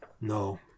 No